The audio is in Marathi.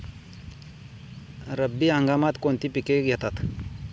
रब्बी हंगामात कोणती पिके घेतात?